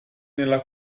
nella